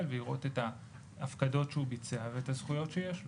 ולראות את ההפקדות שהוא ביצע ואת הזכויות שיש לו.